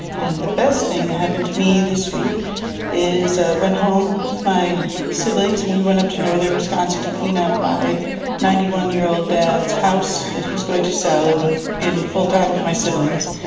and the best thing that happened to me this week is i ah went home with my siblings, and we went up to northern wisconsin to clean up my ninety one year old dad's house that he's going to sell and move in full-time with my siblings.